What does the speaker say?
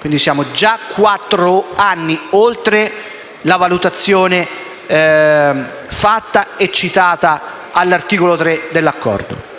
Quindi siamo già quattro anni oltre la valutazione fatta e citata all'articolo 3 dell'Accordo.